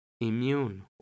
immune